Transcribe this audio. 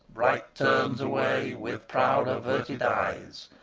right turns away with proud averted eyes,